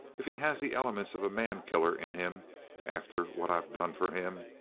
if he has the elements of a mankiller in him after what i've done for him,